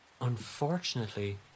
Unfortunately